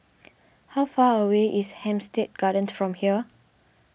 how far away is Hampstead Gardens from here